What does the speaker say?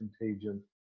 contagion